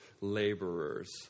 laborers